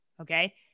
Okay